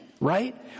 Right